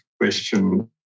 question